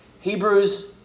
Hebrews